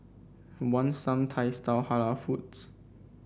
want some Thai style Halal foods